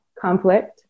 conflict